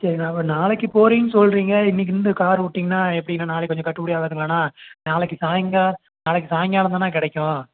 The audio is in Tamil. சரிங்ண்ணா இப்போ நாளைக்கு போகிறேன் சொல்கிறீங்க இன்றைக்கி வந்து கார் விட்டிங்கன்னா எப்படிண்ணா நாளைக்கு கொஞ்சம் கட்டுப்படி ஆகாதுங்களாண்ணா நாளைக்கு சாயங்கா நாளைக்கு சாயங்காலம் தாங்ண்ணா கிடைக்கும்